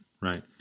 right